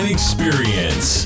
Experience